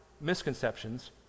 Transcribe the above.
misconceptions